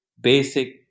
basic